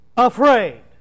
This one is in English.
Afraid